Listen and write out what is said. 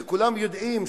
וכולם יודעים,